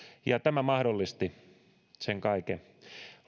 ja tämä mahdollisti sen kaiken